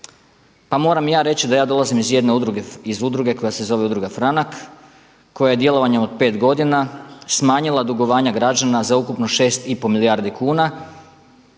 Pa moram i ja reći da ja dolazim iz jedne udruge, iz udruge koja se zove Udruga Franak koja je djelovanjem od 5 godina smanjila dugovanja građana za ukupno 6,5 milijardi kuna